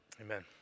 Amen